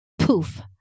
Poof